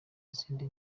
izindi